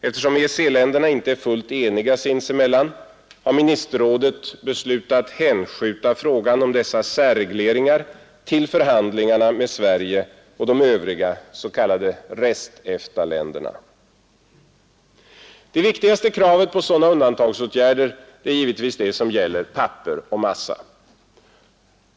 Eftersom EEC-länderna inte är fullt eniga sinsemellan har ministerrådet beslutat hänskjuta frågan om dessa särregleringar till förhandlingarna med Sverige och de övriga s.k. rest-EFTA-länderna. Det viktigaste kravet på sådana undantagsåtgärder är givetvis det som gäller papper och massa.